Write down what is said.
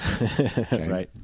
Right